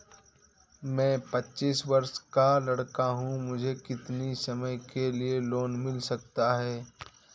मैं पच्चीस वर्ष का लड़का हूँ मुझे कितनी समय के लिए लोन मिल सकता है?